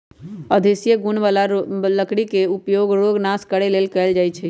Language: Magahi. औषधि गुण बला लकड़ी के उपयोग रोग नाश करे लेल कएल जाइ छइ